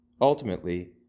Ultimately